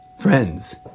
Friends